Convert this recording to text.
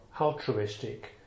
altruistic